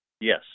Yes